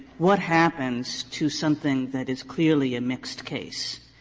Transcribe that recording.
what happens to something that is clearly a mixed case,